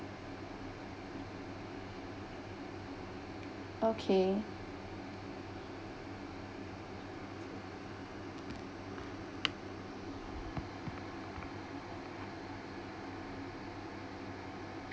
okay